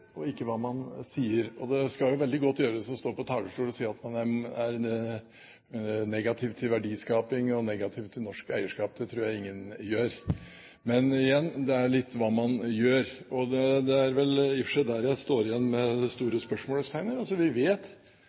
og ikke om hva man sier. Det skal veldig godt gjøres å stå på talerstolen og si at man er negativ til verdiskaping og negativ til norsk eierskap. Det tror jeg ingen gjør. Men igjen: Det er litt hva man gjør. Det er vel i og for seg der jeg står igjen med det store spørsmålstegnet. Vi vet